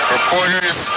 Reporters